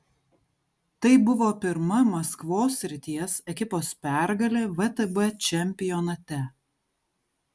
tai buvo pirma maskvos srities ekipos pergalė vtb čempionate